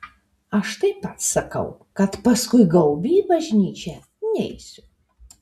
aš taip pat sakau kad paskui gaubį į bažnyčią neisiu